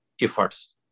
efforts